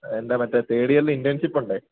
എൻ്റെ മറ്റേ തേർഡ് ഇയറിലെ ഇൻറേണ്ഷിപ്പ് ഉണ്ട്